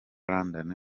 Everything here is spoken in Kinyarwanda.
london